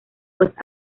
pues